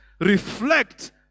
reflect